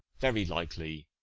very likely.